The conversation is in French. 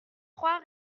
trois